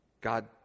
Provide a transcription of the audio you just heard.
God